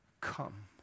come